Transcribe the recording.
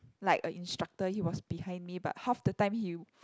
like a instructor he was behind me but half the time he